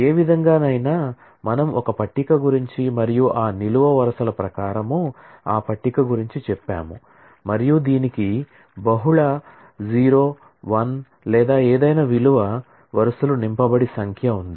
ఏ విధంగానైనా మనము ఒక పట్టిక గురించి మరియు ఆ నిలువు వరుసల ప్రకారం ఆ పట్టిక గురించి చెప్పాము మరియు దీనికి బహుళ 0 1 లేదా ఏదైనా విలువల వరుసలు నింపబడి సంఖ్య ఉంది